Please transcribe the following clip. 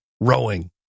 rowing